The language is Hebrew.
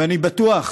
ואני בטוח,